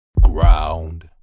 ground